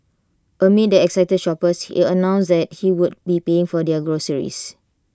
amid the excited shoppers he announced that he would be paying for their groceries